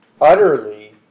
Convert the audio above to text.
utterly